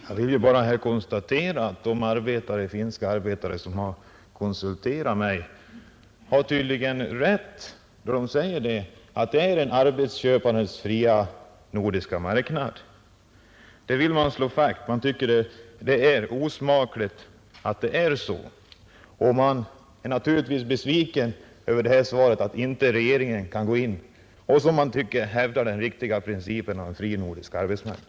Herr talman! Jag konstaterar att de finska arbetare som konsulterat mig tydligen har haft rätt då de sagt att det är en arbetsköparnas fria nordiska marknad. Det vill man slå fast. Man tycker det är osmakligt att det är så, och man blir naturligtvis besviken över svaret att regeringen inte kan gå in och, som man anser, hävda den riktiga principen om en fri nordisk arbetsmarknad.